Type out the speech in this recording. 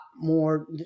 more